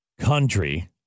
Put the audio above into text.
country